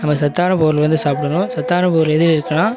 நம்ம சத்தான பொருள் வந்து சாப்பிடணும் சத்தான பொருள் எதில் இருக்குதுனா